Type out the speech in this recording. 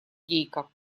гейка